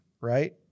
right